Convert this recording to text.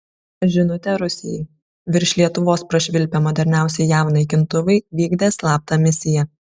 žinutė rusijai virš lietuvos prašvilpę moderniausi jav naikintuvai vykdė slaptą misiją